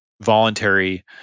voluntary